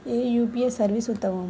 ఏ UPI service ఉత్తమము?